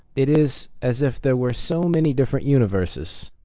it is as if there were so many different universes,